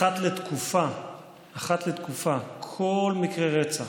אחת לתקופה כל מקרה רצח